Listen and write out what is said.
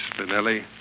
Spinelli